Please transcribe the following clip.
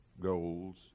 goals